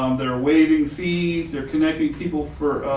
um that are waiving fees or connecting people for